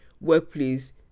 workplace